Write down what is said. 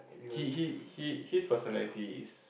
he he he his personalty is